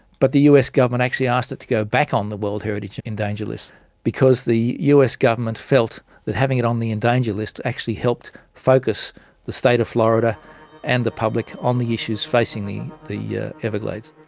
but the us government actually asked it to go back on the heritage in danger list because the us government felt that having it on the in danger list actually helped focus the state of florida and the public on the issues facing the the yeah everglades.